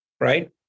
Right